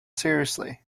seriously